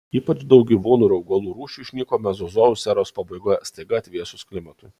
ypač daug gyvūnų ir augalų rūšių išnyko mezozojaus eros pabaigoje staiga atvėsus klimatui